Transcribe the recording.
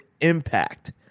impact